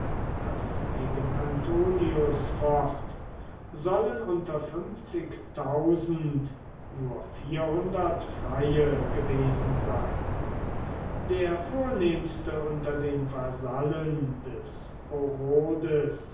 das gegen antonius focht sollen unter nur vierhundert freie gewesen sein der vornehmste unter den vasallen des orodes